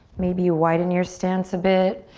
maybe you widen your stance a bit.